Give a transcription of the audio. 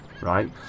right